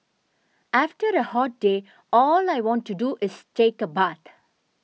after a hot day all I want to do is take a bath